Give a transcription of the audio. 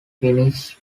finished